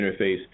interface